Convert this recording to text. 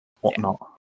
whatnot